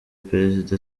perezida